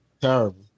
Terrible